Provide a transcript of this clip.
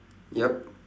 yup